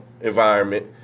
environment